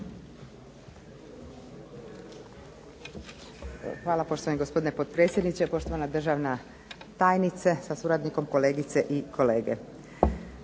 Hvala poštovani gospodine potpredsjedniče, poštovana državna tajnice sa suradnikom, kolegice i kolege.